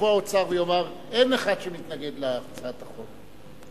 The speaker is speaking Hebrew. יבוא האוצר ויאמר: אין אחד שמתנגד להצעת החוק,